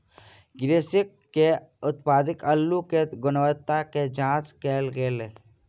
कृषक के उत्पादित अल्लु के गुणवत्ता के जांच कएल गेल